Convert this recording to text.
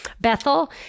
Bethel